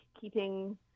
keeping